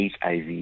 HIV